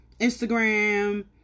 Instagram